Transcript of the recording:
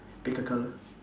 pick a colour